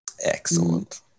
Excellent